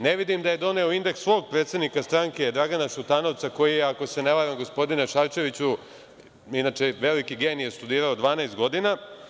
Ne vidim da je doneo indeks svog predsednika stranke, Dragana Šutanovca, koji je, ako se ne varam, gospodine Šarčeviću, inače veliki genije studirao 12 godina.